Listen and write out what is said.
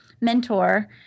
mentor